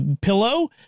pillow